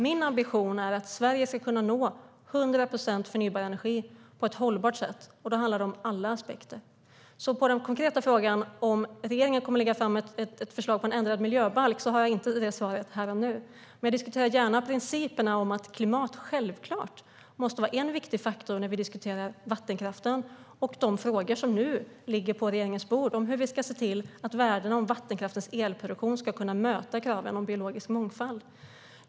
Min ambition är att Sverige ska kunna nå 100 procent förnybar energi på ett hållbart sätt, och då handlar det om alla aspekter. På den konkreta frågan om regeringen kommer att lägga fram ett förslag på en ändrad miljöbalk har jag alltså inte det svaret här och nu, men jag diskuterar gärna principerna i att klimat självklart måste vara en viktig faktor när vi diskuterar vattenkraften och de frågor som nu ligger på regeringens bord om hur vi ska se till att värdena i vattenkraftens elproduktion ska kunna möta kraven på biologisk mångfald.